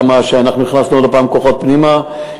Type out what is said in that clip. ואנחנו הכנסנו עוד הפעם כוחות פנימה,